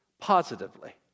positively